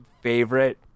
favorite